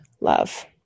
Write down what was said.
love